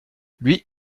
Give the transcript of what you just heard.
lui